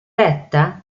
retta